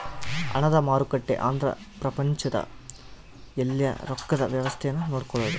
ಹಣದ ಮಾರುಕಟ್ಟೆ ಅಂದ್ರ ಪ್ರಪಂಚದ ಯೆಲ್ಲ ರೊಕ್ಕದ್ ವ್ಯವಸ್ತೆ ನ ನೋಡ್ಕೊಳೋದು